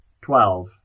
twelve